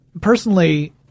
personally –